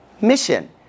mission